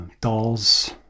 Dolls